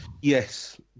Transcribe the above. Yes